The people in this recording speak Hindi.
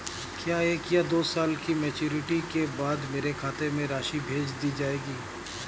क्या एक या दो साल की मैच्योरिटी के बाद मेरे खाते में राशि भेज दी जाएगी?